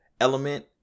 element